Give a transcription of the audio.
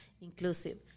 inclusive